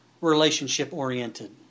relationship-oriented